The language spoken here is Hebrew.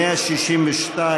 162